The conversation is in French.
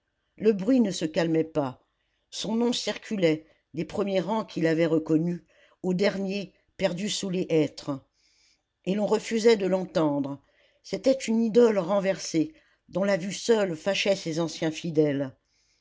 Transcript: le bruit ne se calmait pas son nom circulait des premiers rangs qui l'avaient reconnu aux derniers perdus sous les hêtres et l'on refusait de l'entendre c'était une idole renversée dont la vue seule fâchait ses anciens fidèles